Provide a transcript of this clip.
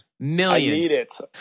Millions